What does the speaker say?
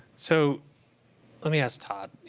so let me ask todd.